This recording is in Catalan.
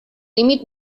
límit